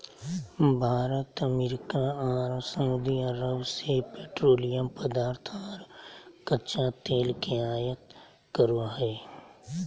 Bharat America आर Saudi Arabia से petroleum पदार्थ आर कच्चा तेल के आयत करो हय